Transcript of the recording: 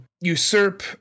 usurp